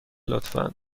لطفا